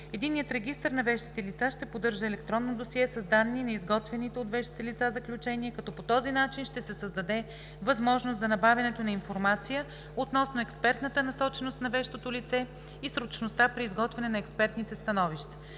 Единният регистър на вещите лица ще поддържа електронно досие с данни на изготвяните от вещите лица заключения, като по този начин ще се създаде възможност за набавянето на информация относно експертната насоченост на вещото лице и срочността при изготвяне на експертните становища.